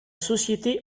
société